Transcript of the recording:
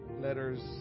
letters